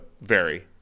vary